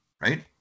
right